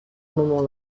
moment